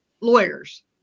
lawyers